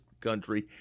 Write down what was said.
country